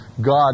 God